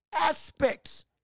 aspects